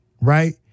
Right